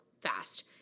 fast